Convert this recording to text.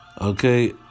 Okay